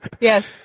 Yes